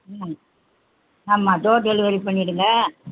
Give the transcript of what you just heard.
ம் ஆமாம் door delivery பண்ணிவிடுங்க